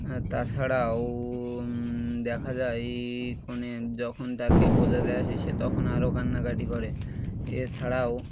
আর তাছাড়াও দেখা যায় কনে যখন তাকে বোঝাতে আসে সে তখন আরও কান্নাকাটি করে এছাড়াও